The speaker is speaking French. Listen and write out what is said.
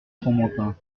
fromantin